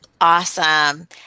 Awesome